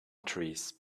trees